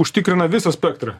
užtikrina visą spektrą